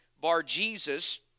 Bar-Jesus